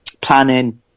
planning